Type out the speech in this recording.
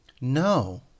No